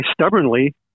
stubbornly